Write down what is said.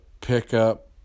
pickup